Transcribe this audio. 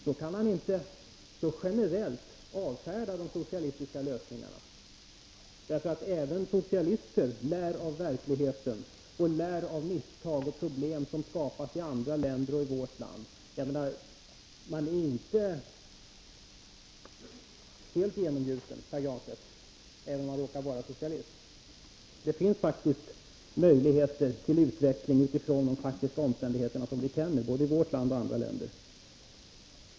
Man kan då inte så generellt avfärda de socialistiska lösningarna. Även socialister lär av verkligheten, lär av misstag som begås och problem som uppstår i andra länder och vårt land. Man är inte helt genomgjuten, Pär Granstedt, även om man råkar vara socialist! Det finns faktiskt möjligheter till utveckling med utgångspunkt i de faktiska omständigheter vi känner, både i vårt land och i andra länder.